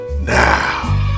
now